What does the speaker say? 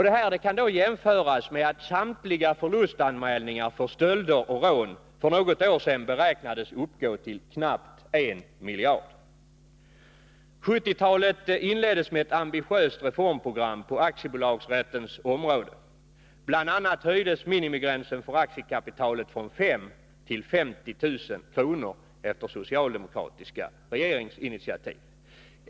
Detta kan jämföras med att förlusterna i samtliga anmälningar för stölder och rån för något år sedan beräknades uppgå till knappt 1 miljard. 1970-talet inleddes med ett ambitiöst reformprogram på aktiebolagsrättens område. Bl. a. höjdes minimigränsen för aktiekapitalet från 5 000 till 50 000 kr., efter socialdemokratiska regeringsinitiativ.